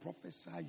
prophesy